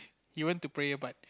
he went to prayer but